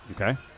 Okay